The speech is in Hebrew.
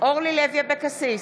אורלי לוי אבקסיס,